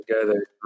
together